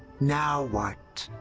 now what?